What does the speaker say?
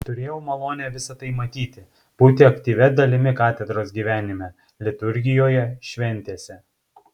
turėjau malonę visa tai matyti būti aktyvia dalimi katedros gyvenime liturgijoje šventėse